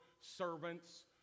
servants